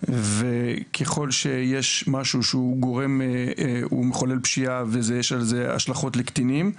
וככול שיש משהו שהוא מחולל פשיעה ויש עם זה השלכות לקטינים,